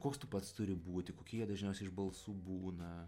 koks tu pats turi būti kokie jie dažniausi iš balsų būna